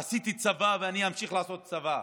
עשיתי צבא ואני אמשיך לעשות צבא.